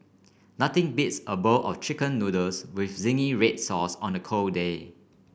nothing beats a bowl of chicken noodles with zingy red sauce on a cold day